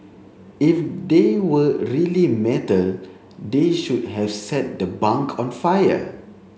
if they were really metal they should have set the bunk on fire